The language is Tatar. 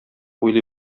уйлый